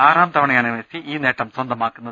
ആറാം തവണയാണ് മെസ്സി ഈ നേട്ടം സ്വന്തമാക്കുന്നത്